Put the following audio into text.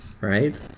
Right